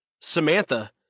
Samantha